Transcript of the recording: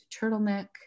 turtleneck